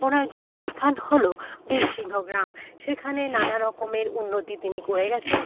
ওনার জন্মস্থান হল বীরসিংহ গ্রাম সেখানে নানা রকমের উন্নতি তিনি করে গিয়েছেন